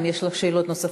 אם יש לך שאלות נוספות,